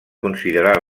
considerar